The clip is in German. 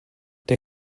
der